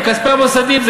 מכספי המוסדיים.